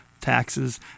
taxes